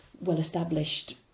well-established